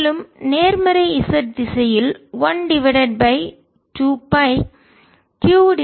மேலும் நேர்மறை z திசையில் 1 டிவைடட் பை 2 பைqடிவைடட் பை v 2t 3 என பெறுகிறீர்கள்